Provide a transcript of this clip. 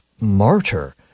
martyr